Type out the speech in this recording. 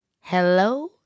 Hello